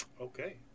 Okay